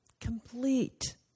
complete